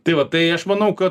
tai va tai aš manau kad